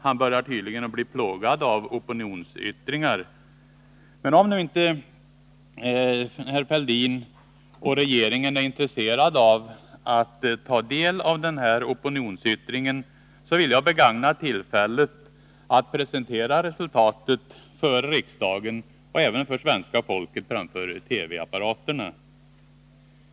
Han börjar tydligen bli plågad av opinionsyttringar. Om nu inte herr Fälldin och regeringen är intresserade av att ta del av denna opinionsyttring, så vill jag begagna tillfället att presentera resultatet för riksdagen och för svenska folket framför TV-apparaterna.